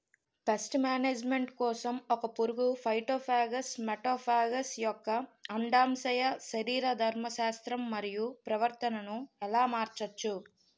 Paste management కోసం ఒక పురుగు ఫైటోఫాగస్హె మటోఫాగస్ యెక్క అండాశయ శరీరధర్మ శాస్త్రం మరియు ప్రవర్తనను ఎలా మార్చచ్చు?